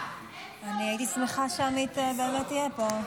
האמת היא שקיוויתי שעמית יישאר כאן גם כדי לשמוע,